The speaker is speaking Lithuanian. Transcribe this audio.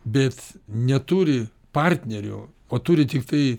bet neturi partnerio o turi tiktai